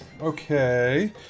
Okay